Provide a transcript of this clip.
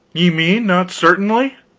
ye mean, not certainly?